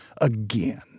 again